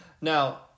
Now